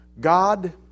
God